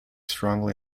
strongly